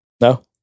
No